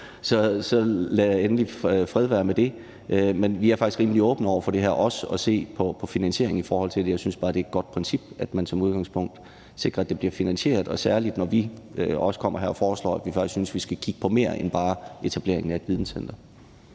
på den måde, så fred være med det. Men vi er faktisk rimelig åbne over for det her og også over for at se på finansieringen af det. Jeg synes bare, det er et godt princip, at man som udgangspunkt sikrer, at det bliver finansieret, og særlig, når vi også kommer her og siger, at vi faktisk synes, at vi skal kigge på mere end bare etableringen af et videncenter.